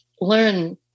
learn